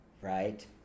Right